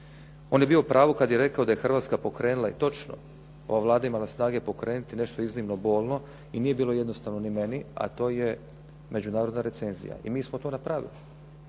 On je bio u pravu kad je rekao da je Hrvatska pokrenula, i točno ova Vlada je imala snage pokrenuti nešto iznimno bolno i nije bilo jednostavno ni meni a to je međunarodna recenzija. I mi smo to napravili.